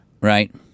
Right